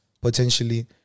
potentially